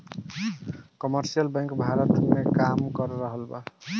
commercial bank Bharat में काम कर रहल बा